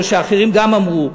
ואחרים גם אמרו,